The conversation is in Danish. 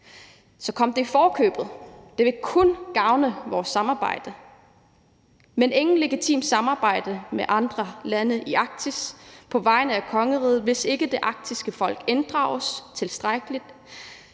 Så kom det i forkøbet; det vil kun gavne vores samarbejde. Men der skal intet legitimt samarbejde være med andre lande i Arktis på vegne af kongeriget, hvis ikke det arktiske folk inddrages tilstrækkeligt.